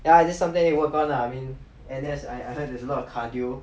ya just something to work on lah I mean N_S I heard there's a lot of cardio